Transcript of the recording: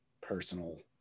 personal